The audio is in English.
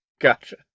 Gotcha